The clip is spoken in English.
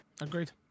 agreed